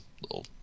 little